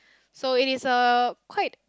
so it is a quite